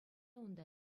унта